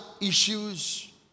issues